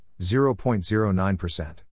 0.09%